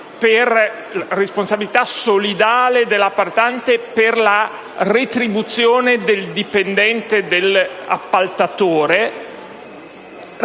la responsabilitasolidale dell’appaltante per la retribuzione del dipendente dell’appaltatore,